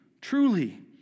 truly